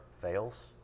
fails